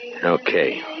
Okay